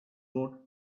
wrote